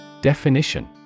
Definition